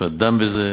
בית-המשפט דן בזה,